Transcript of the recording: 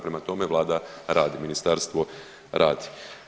Prema tome vlada radi, ministarstvo radi.